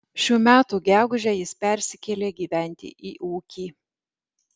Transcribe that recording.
šių metų gegužę jis persikėlė gyventi į ūkį